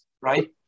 right